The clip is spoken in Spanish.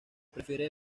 prefiere